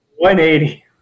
180